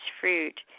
fruit